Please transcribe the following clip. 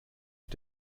mit